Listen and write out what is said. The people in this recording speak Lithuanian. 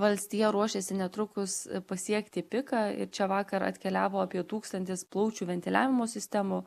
valstija ruošiasi netrukus pasiekti piką ir čia vakar atkeliavo apie tūkstantis plaučių ventiliavimo sistemų